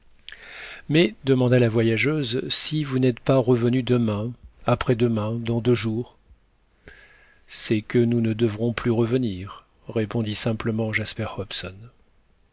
mais demanda la voyageuse si vous n'êtes pas revenus demain après-demain dans deux jours c'est que nous ne devrons plus revenir répondit simplement jasper hobson